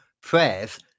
prayers